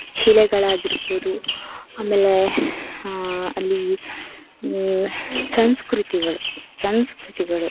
ಶಿಲೆಗಳಾಗಿರ್ಬೋದು ಆಮೇಲೆ ಅಲ್ಲಿ ಸಂಸ್ಕೃತಿಗಳು ಸಂಸ್ಕೃತಿಗಳು